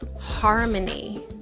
harmony